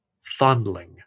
fondling